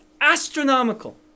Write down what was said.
astronomical